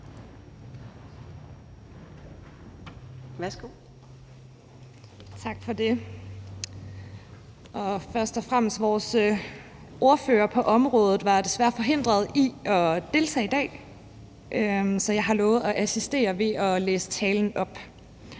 Tak for det. Først vil jeg sige, at vores ordfører på området desværre er forhindret i at deltage i dag, så jeg har lovet at assistere ved at læse talen op.